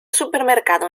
supermercado